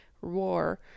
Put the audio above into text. Roar